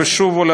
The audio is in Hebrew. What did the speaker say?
ואני מצטט,